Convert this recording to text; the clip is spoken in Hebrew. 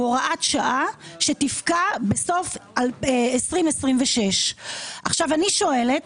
הוא הוראת שעה שתפקע בסוף 2026. אני שואלת,